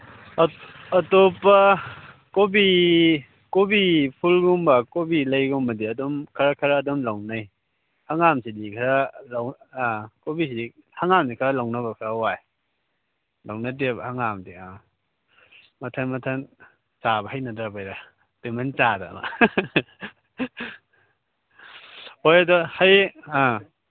ꯑꯇꯣꯞꯄ ꯀꯣꯕꯤ ꯀꯣꯕꯤ ꯐꯨꯜꯒꯨꯝꯕ ꯀꯣꯕꯤ ꯂꯩꯒꯨꯝꯕꯗꯤ ꯑꯗꯨꯝ ꯈꯔ ꯈꯔ ꯑꯗꯨꯝ ꯂꯧꯅꯩ ꯍꯪꯒꯥꯝꯁꯤꯗꯤ ꯈꯔ ꯀꯣꯕꯤꯁꯤꯗꯤ ꯍꯪꯒꯥꯝꯗꯤ ꯈꯔ ꯂꯧꯅꯕ ꯈꯔ ꯋꯥꯏ ꯂꯧꯅꯗꯦꯕ ꯍꯪꯒꯥꯝꯗꯤ ꯑ ꯃꯊꯟ ꯃꯊꯟ ꯆꯥꯕ ꯍꯩꯅꯗꯕꯩꯔꯥ ꯇꯣꯏꯃꯟ ꯆꯥꯗꯕ ꯍꯣꯏ ꯑꯗꯣ ꯍꯌꯦꯡ ꯑꯥ